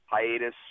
hiatus